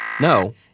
No